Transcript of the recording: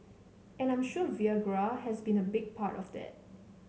and I am sure Viagra has been a big part of that